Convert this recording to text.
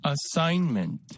Assignment